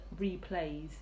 replays